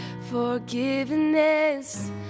Forgiveness